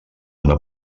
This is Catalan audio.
una